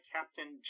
Captain